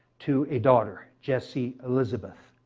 to a daughter, jesse elizabeth.